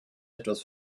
etwas